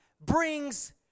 brings